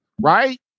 right